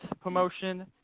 promotion